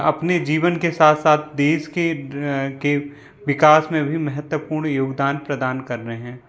अपने जीवन के साथ साथ देश के के विकास में भी महत्वपूर्ण योगदान प्रदान कर रहे हैं